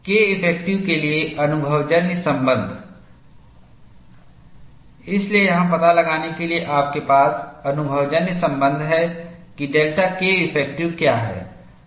Keff के लिए अनुभवजन्य संबंध इसलिए यह पता लगाने के लिए आपके पास अनुभवजन्य संबंध हैं कि डेल्टा Keffective क्या है